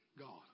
God